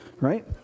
right